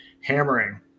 hammering